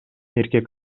эркек